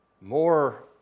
more